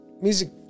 Music